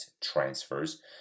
transfers